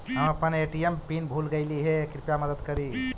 हम अपन ATM PIN भूल गईली हे, कृपया मदद करी